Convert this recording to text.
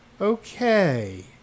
Okay